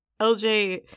lj